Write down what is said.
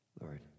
Lord